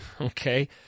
Okay